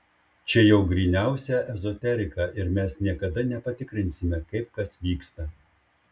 čia jau gryniausia ezoterika ir mes niekada nepatikrinsime kaip kas vyksta